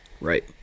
Right